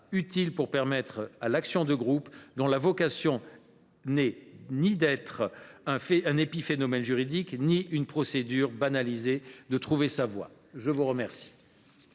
utile pour permettre à l’action de groupe, dont la vocation n’est pas d’être un épiphénomène juridique ni une procédure banalisée, de trouver sa voie. La parole